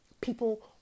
People